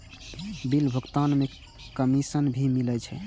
Bill भुगतान में commission भी मिले छै?